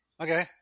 Okay